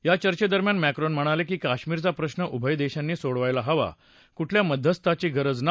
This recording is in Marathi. या चर्चे दरम्यान मॅक्रोन म्हणाले की काश्मिर चा प्रश्न उभय देशांनी सोडवायला हवा कुठल्या मध्यस्थाची गरज नाही